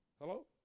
Hello